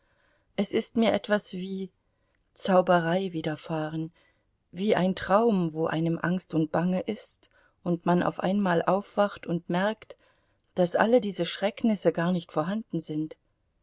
es ist mir etwas wie zauberei widerfahren wie ein traum wo einem angst und bange ist und man auf einmal aufwacht und merkt daß alle diese schrecknisse gar nicht vorhanden sind